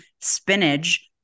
spinach